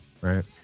right